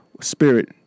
spirit